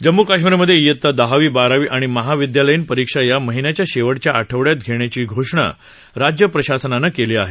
जम्मू कश्मीरमधे इयता दहावी बारावी आणि महाविद्यालयीन परीक्षा या महिन्याच्या शेवटच्या आठवड्यात घेण्याची घोषणा राज्य प्रशासनानं केली आहे